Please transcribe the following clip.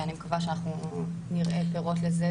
ואני מקווה שאנחנו נראה פרות לזה,